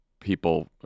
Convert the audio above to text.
people